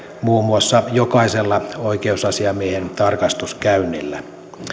muun muassa jokaisella oikeusasiamiehen tarkastuskäynnillä